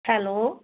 hello